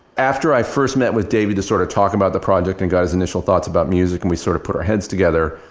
after i first met with david to sort of talk about the project and got his initial thoughts about music and we sort of put our heads together,